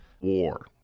war